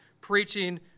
preaching